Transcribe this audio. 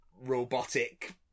Robotic